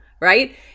right